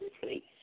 please